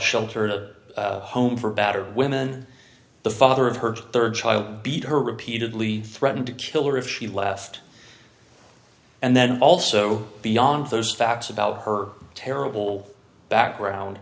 shelter in a home for battered women the father of her rd child beat her repeatedly threatened to kill her if she left and then also beyond those facts about her terrible background